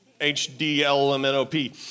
H-D-L-M-N-O-P